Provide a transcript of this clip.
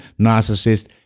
narcissist